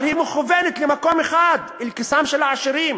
אבל היא מכוונת למקום אחד, אל כיסם של העשירים.